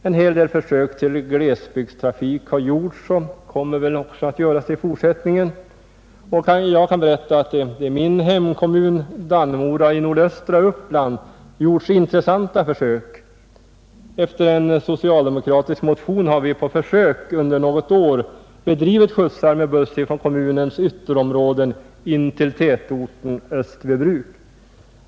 En hel del försök till glesbygdstrafik har gjorts och kommer väl också att göras i fortsättningen. Jag kan berätta att det i min hemkommun, Dannemora i nordöstra Uppland, gjorts intressanta försök. Efter en socialdemokratisk motion har vi på försök under något år bedrivit skjutsar med buss ifrån kommunens ytterområden in till tätorten Österbybruk.